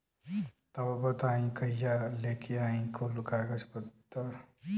तब बताई कहिया लेके आई कुल कागज पतर?